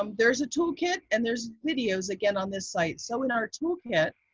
um there is a toolkit and there's videos again on this site. so in our toolkit,